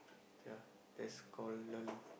yeah that's called lull